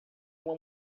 uma